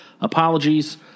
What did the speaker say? apologies